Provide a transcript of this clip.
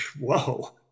whoa